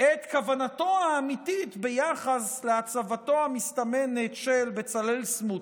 את כוונתו האמיתית ביחס להצבתו המסתמנת של בצלאל סמוטריץ'